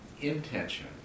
intention